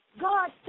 God